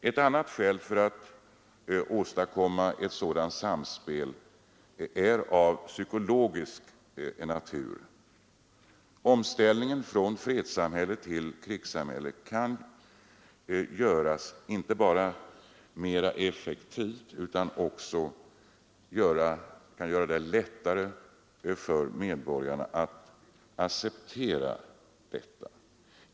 Ett annat skäl för att åstadkomma ett sådant samspel är av psykologisk natur. Omställningen från fredssamhället till krigssamhället kan göras inte bara mera effektiv utan också göras lättare för medborgarna att acceptera.